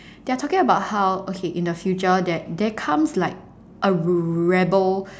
they are talking about how okay in the future there there comes like a rebel